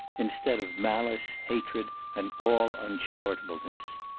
instead of malice, hatred, and all uncharitableness.